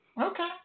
Okay